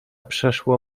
przeszło